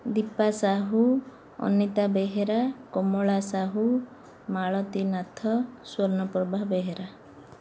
Deepa Sahu Anita Behera Kamala Sahu Malati Nath Swarnaprabha Behera